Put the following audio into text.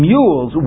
Mules